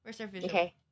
okay